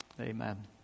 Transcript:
Amen